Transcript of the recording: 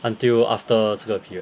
until after 这个 period